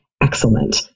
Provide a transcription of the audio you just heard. Excellent